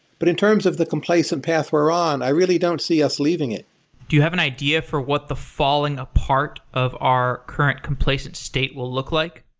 but in terms of the complaisant path we're on, i really don't see us leaving it do you have an idea for what the falling apart of our current complacent state will look like?